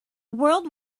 world